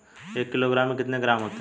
एक किलोग्राम में कितने ग्राम होते हैं?